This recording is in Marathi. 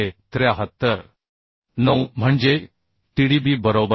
9 म्हणजे Tdb बरोबर आहे